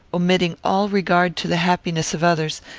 omitting all regard to the happiness of others,